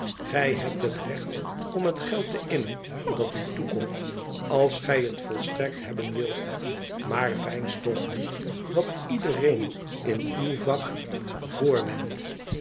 gij hebt het recht om het geld te innen dat u toekomt als gij het volstrekt hebben wilt maar veins toch niet wat iedereen in uw vak